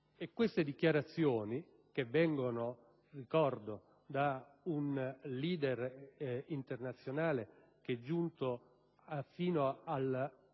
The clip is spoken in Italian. Queste dichiarazioni, che vengono - ricordo - da un *leader* internazionale che è giunto fino al